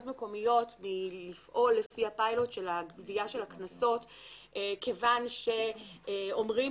מקומיות מלפעול לפי הפיילוט של הגבייה של הקנסות כיוון שאומרים